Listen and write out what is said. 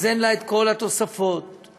אז אין לה את כל התוספות בשכר,